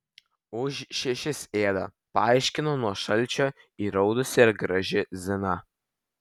už šešis ėda paaiškino nuo šalčio įraudusi ir graži zina